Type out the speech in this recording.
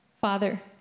Father